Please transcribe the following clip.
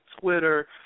Twitter